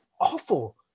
awful